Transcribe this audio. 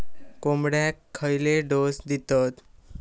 कोंबड्यांक खयले डोस दितत?